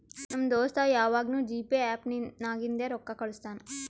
ನಮ್ ದೋಸ್ತ ಯವಾಗ್ನೂ ಜಿಪೇ ಆ್ಯಪ್ ನಾಗಿಂದೆ ರೊಕ್ಕಾ ಕಳುಸ್ತಾನ್